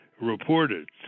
reported